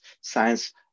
science